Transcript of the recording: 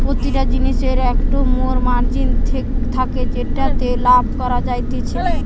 প্রতিটা জিনিসের একটো মোর মার্জিন থাকে যেটাতে লাভ করা যাতিছে